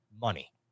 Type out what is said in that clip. money